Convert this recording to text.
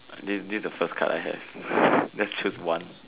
this this is the first card I have just choose one